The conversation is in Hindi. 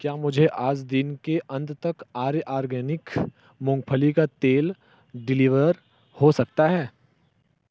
क्या मुझे आज दिन के अंत तक आर्य आर्गेनिक मूँगफली का तेल डिलीवर हो सकता है